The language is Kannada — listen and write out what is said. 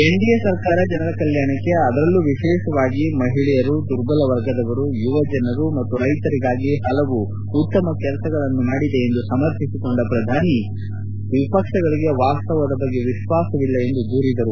ಎನ್ಡಿಎ ಸರ್ಕಾರ ಜನರ ಕಲ್ಟಾಣಕ್ಕೆ ಅದರಲ್ಲೂ ವಿಶೇಷವಾಗಿ ಮಹಿಳೆಯರು ದುರ್ಬಲ ವರ್ಗದವರು ಯುವಜನರು ಮತ್ತು ರೈತರಿಗಾಗಿ ಹಲವು ಒಳ್ಳೆಯ ಕೆಲಸಗಳನ್ನು ಮಾಡಿದೆ ಎಂದು ಸಮರ್ಥಿಸಿಕೊಂಡ ಪ್ರಧಾನಿ ನರೇಂದ್ರ ಮೋದಿ ಆದರೆ ವಿಪಕ್ಷಗಳಿಗೆ ವಾಸ್ತವದ ಬಗ್ಗೆ ವಿಶ್ವಾಸವಿಲ್ಲ ಎಂದು ಹೇಳಿದರು